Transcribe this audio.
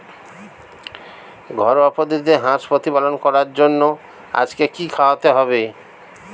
ঘরোয়া পদ্ধতিতে হাঁস প্রতিপালন করার জন্য আজকে কি খাওয়াতে হবে?